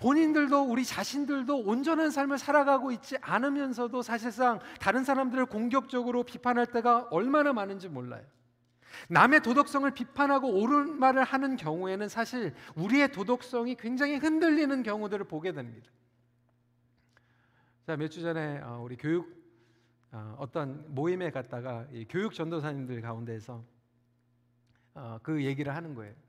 본인들도 우리 자신들도 온전한 삶을 살아가고 있지 않으면서도 사실상 다른 사람들을 공격적으로 비판할 때가 얼마나 많은지 몰라요. 남의 도덕성을 비판하고 옳은 말을 하는 경우에는 사실 우리의 도덕성이 굉장히 흔들리는 경우들을 보게 됩니다. 자, 몇 주 전에, 어, 우리 교육, 어, 어떤 모임에 갔다가 이 교육 전도사님들 가운데에서, 어, 그 얘기를 하는 거예요.